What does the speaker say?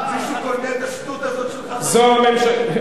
מי שקונה את השטות הזאת שלך, הציבור.